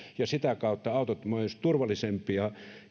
ja sitä kautta autot ovat myös turvallisempia